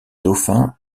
dauphin